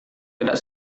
tidak